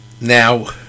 Now